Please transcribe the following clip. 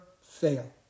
fail